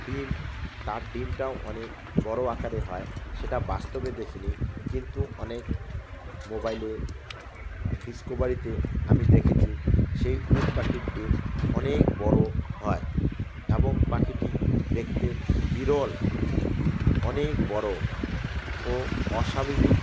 ডিম তার ডিমটাও অনেক বড়ো আকারে হয় সেটা বাস্তবে দেখিনি কিন্তু অনেক মোবাইলে ডিসকভারিতে আমি দেখেছি সেই উট পাখির ডিম অনেক বড়ো হয় এবং পাখিটি দেখতে বিরল অনেক বড়ো ও অস্বাভাবিক